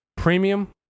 Premium